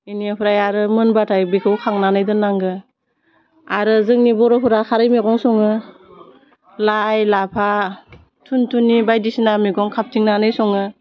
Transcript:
बिनिफ्राय आरो मोनबाथाय बिखौ खांनानै दोन्नांगौ आरो जोंनि बर'फोरा खारै मैगं सङो लाइ लाफा थुनथुनि बायदिसिना मैगं खाथिंनानै सङो